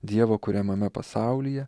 dievo kuriamame pasaulyje